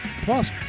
Plus